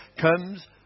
comes